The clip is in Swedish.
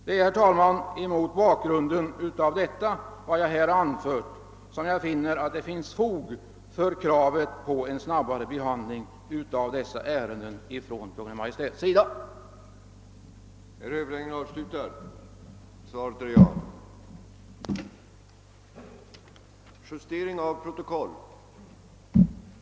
Mot den bakgrund som jag här antytt finner jag det föreligga fog för att kräva en snabbare behandling av dessa ärenden från Kungl. Maj:ts sida. a. att hos Kungl. Maj:t anhålla att frågan om möjligheterna att inrätta en särskild åkerreserv i enlighet med vad som anförs i motionerna bleve föremål för allsidig utredning,